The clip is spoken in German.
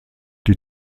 die